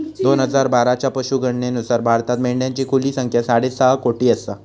दोन हजार बाराच्या पशुगणनेनुसार भारतात मेंढ्यांची खुली संख्या साडेसहा कोटी आसा